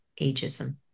ageism